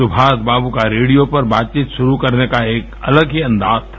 सुभाषबाबू का रेडियो पर बातचीत शुरू करने का एक अलग ही अंदाज़ था